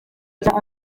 ajya